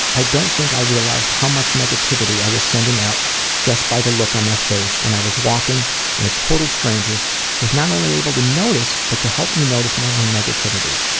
i don't think i realised how much negativity i was sending out just by the look on my face when i was walking and a total stranger was not only able to notice, but to help me notice my own negativity.